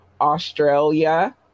Australia